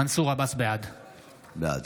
(קורא בשם חבר הכנסת) מנסור עבאס, בעד